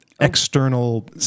external